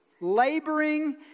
laboring